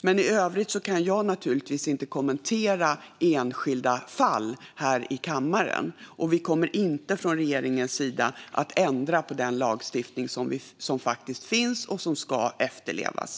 I övrigt kan jag naturligtvis inte kommentera enskilda fall här i kammaren. Vi kommer inte från regeringens sida att ändra på rådande lagstiftning, som ska efterlevas.